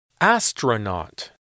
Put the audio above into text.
Astronaut